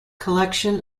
collection